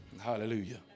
Hallelujah